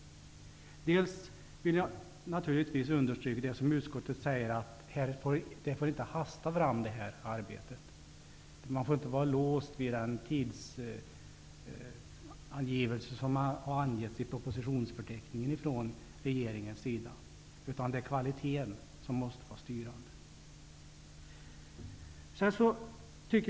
Jag vill naturligtvis understryka det som utskottet säger, att det här arbetet inte får hasta fram. Man får inte vara låst vid en tidsangivelse i regeringens propositionsförteckning, utan kvaliteten måste få styra.